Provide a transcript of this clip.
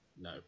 No